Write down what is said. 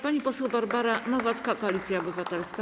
Pani poseł Barbara Nowacka, Koalicja Obywatelska.